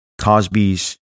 Cosby's